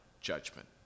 judgment